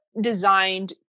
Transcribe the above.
designed